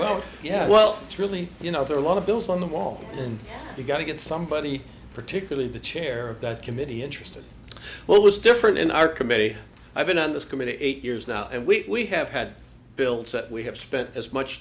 bill yeah well it's really you know there are a lot of bills on the wall and we've got to get somebody particularly the chair of that committee interested what was different in our committee i've been on this committee eight years now and we have had bills that we have spent as much